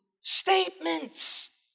statements